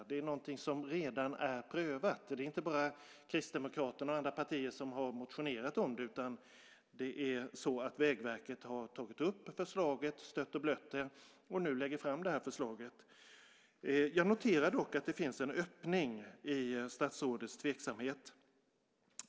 Det är någonting som redan är prövat. Det är inte bara Kristdemokraterna och andra partier som har motionerat om det, utan Vägverket har tagit upp förslaget, stött och blött det, och nu lägger man fram det här förslaget. Jag noterar dock att det finns en öppning i statsrådets tveksamhet.